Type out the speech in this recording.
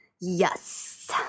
Yes